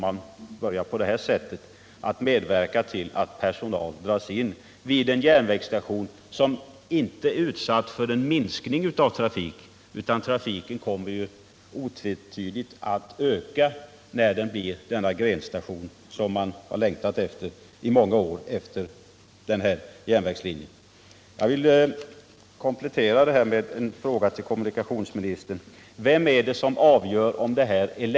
Man medverkar alltså till att personal dras in vid en järnvägsstation som inte är utsatt för någon minskning av trafik — trafiken kommer otvivelaktigt att öka när stationen blir den grenstation som man längs den här järnvägslinjen längtat efter i många år.